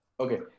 Okay